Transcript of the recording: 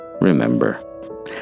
Remember